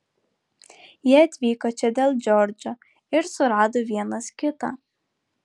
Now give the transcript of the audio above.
jie atvyko čia dėl džordžo ir surado vienas kitą